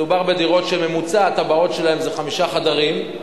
מדובר בדירות שממוצע התב"עות שלהן זה חמישה חדרים,